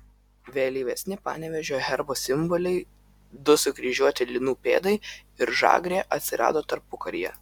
vėlyvesni panevėžio herbo simboliai du sukryžiuoti linų pėdai ir žagrė atsirado tarpukaryje